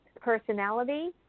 personality